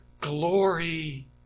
glory